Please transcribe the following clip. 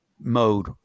mode